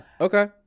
Okay